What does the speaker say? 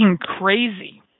crazy